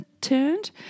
turned